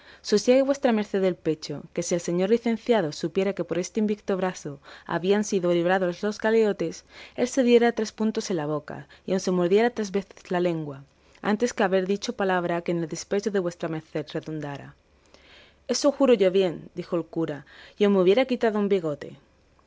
sea sosiegue vuestra merced el pecho que si el señor licenciado supiera que por ese invicto brazo habían sido librados los galeotes él se diera tres puntos en la boca y aun se mordiera tres veces la lengua antes que haber dicho palabra que en despecho de vuestra merced redundara eso juro yo bien dijo el cura y aun me hubiera quitado un bigote